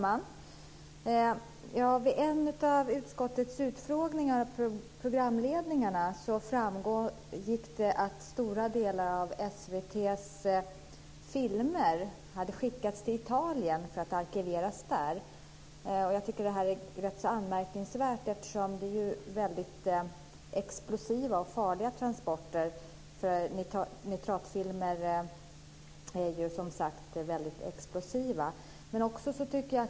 Fru talman! Vid en av utskottets utfrågningar av programledningarna framgick det att stora delar av SVT:s filmer hade skickats till Italien för att arkiveras där. Jag tycker att detta är anmärkningsvärt, eftersom det rör sig om explosiva och farliga transporter. Nitratfilmer är ju, som sagt, väldigt explosiva.